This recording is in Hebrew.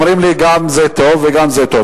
אומרים לי: גם זה טוב וגם זה טוב.